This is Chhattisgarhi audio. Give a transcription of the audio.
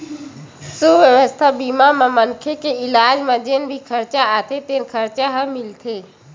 सुवास्थ बीमा म मनखे के इलाज म जेन भी खरचा आथे तेन खरचा ह मिलथे